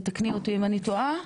תתקני אותי אם אני טועה.